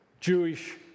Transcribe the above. Jewish